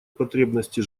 потребности